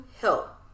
help